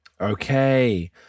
okay